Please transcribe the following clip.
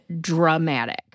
dramatic